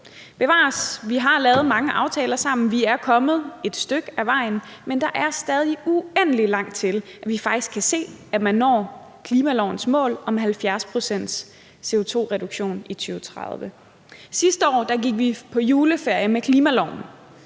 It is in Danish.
Bevares, vi har lavet mange aftaler sammen. Vi er kommet et stykke ad vejen, men der er stadig uendelig langt til, at vi faktisk kan se, at man når klimalovens mål om en 70 procents-CO2-reduktion i 2030. Sidste år gik vi på juleferie med klimaloven,